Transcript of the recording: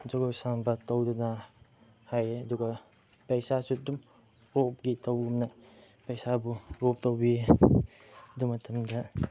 ꯖꯒꯣꯏ ꯁꯥꯔꯝꯕ ꯇꯧꯗꯅ ꯍꯥꯏꯌꯦ ꯑꯗꯨꯒ ꯄꯩꯁꯥꯁꯨ ꯑꯗꯨꯝ ꯄꯨꯒꯦ ꯇꯧꯗꯅ ꯄꯩꯁꯥꯕꯨ ꯕ꯭ꯂꯣꯛ ꯇꯧꯕꯤ ꯑꯗꯨ ꯃꯇꯝꯗ